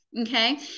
okay